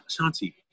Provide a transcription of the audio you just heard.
Shanti